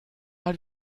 mal